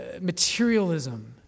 materialism